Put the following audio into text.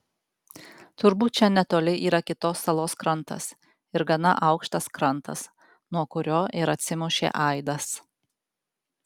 turbūt čia netoli yra kitos salos krantas ir gana aukštas krantas nuo kurio ir atsimušė aidas